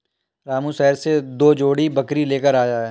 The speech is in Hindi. रामू शहर से दो जोड़ी बकरी लेकर आया है